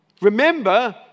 Remember